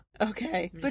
Okay